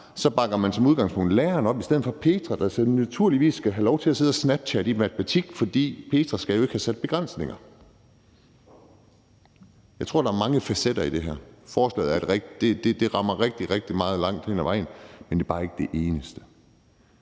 bakker man som udgangspunkt læreren op i stedet for at sige, at Petra naturligvis skal have lov til at sidde og bruge Snapchat i matematik, fordi hun jo ikke skal have sat begrænsninger. Jeg tror, at der er mange facetter i det her. Forslaget her rammer rigtigt meget langt hen ad vejen, men det kan bare ikke stå alene.